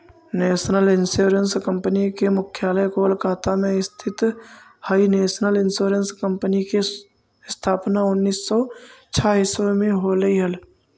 national Insurance Company के मुख्यालय कोलकाता में स्थित हइ नेशनल इंश्योरेंस कंपनी के स्थापना उन्नीस सौ छः ईसवी में होलई हल